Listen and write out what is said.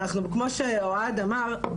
אנחנו כמו שאוהד אמר,